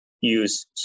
use